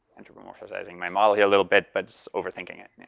anthropomorphizing my model here a little bit, but overthinking it.